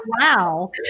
Wow